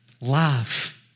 love